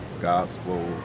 gospel